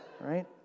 right